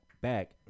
back